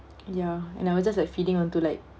ya and I was just like feeding onto like